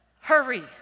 hurry